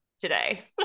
today